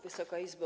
Wysoka Izbo!